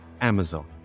Amazon